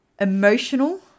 emotional